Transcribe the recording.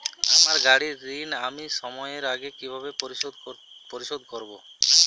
আমার গাড়ির ঋণ আমি সময়ের আগে কিভাবে পরিশোধ করবো?